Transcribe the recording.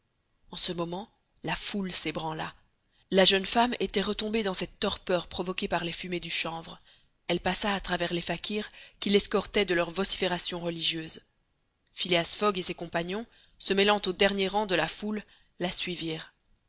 en ce moment la foule s'ébranla la jeune femme était retombée dans cette torpeur provoquée par les fumées du chanvre elle passa à travers les fakirs qui l'escortaient de leurs vociférations religieuses phileas fogg et ses compagnons se mêlant aux derniers rangs de la foule la suivirent